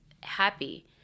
happy